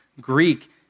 Greek